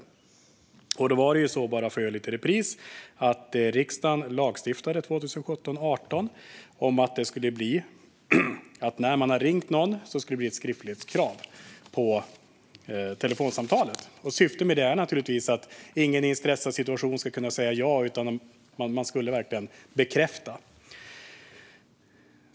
Som en liten repris kan jag säga att riksdagen lagstiftade 2017-2018 om ett skriftlighetskrav vid telefonsamtal. Syftet med detta var naturligtvis att ingen i en stressad situation bara ska kunna säga ja utan att det verkligen bekräftas.